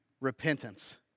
repentance